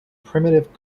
primitive